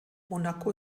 monaco